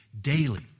daily